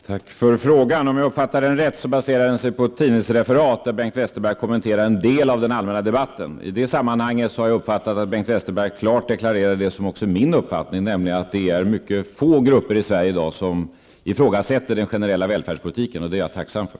Herr talman! Tack för frågan! Om jag uppfattade frågan rätt baserar den sig på ett tidningsreferat där Bengt Westerberg kommenterar en del av den allmänna debatten. I det sammanhanget har jag uppfattat att han klart deklarerar det som också är min uppfattning, nämligen att det är mycket få grupper i Sverige i dag som ifrågasätter den generella välfärdspolitiken. Det är jag tacksam för.